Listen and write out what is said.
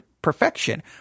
Perfection